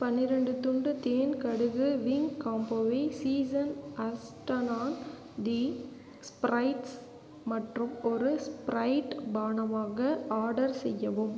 பன்னிரெண்டு துண்டு தேன் கடுகு விங் காம்போவை சீசன் ஆஸ்டனான் தி ஸ்ப்ரைட்ஸ் மற்றும் ஒரு ஸ்ப்ரைட் பானமாக ஆர்டர் செய்யவும்